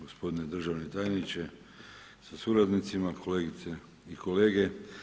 Gospodine državni tajniče sa suradnicima, kolegice i kolege.